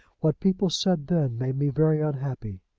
what people said then made me very unhappy.